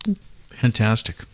Fantastic